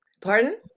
pardon